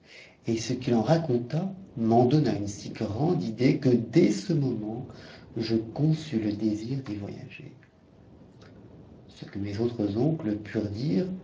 et ce qu'il en raconta m'en donna une si grande idée que dès ce moment je conçus le désir d'y voyager ce que mes autres oncles purent dirent